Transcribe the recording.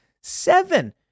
Seven